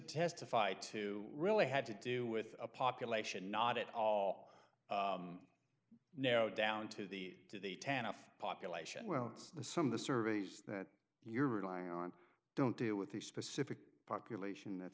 testify to really had to do with a population not at all narrowed down to the to the ten off population well it's some of the surveys that you're relying on don't deal with the specific population that's